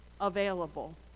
available